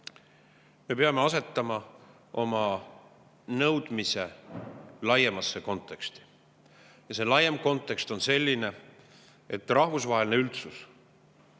Me peame asetama oma nõudmise laiemasse konteksti. See laiem kontekst on selline, et rahvusvaheline üldsus,